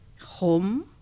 home